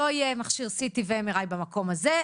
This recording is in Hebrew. לא יהיה מכשיר CT ו-MRI במקום הזה,